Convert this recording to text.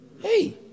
Hey